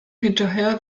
hinterher